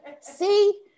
See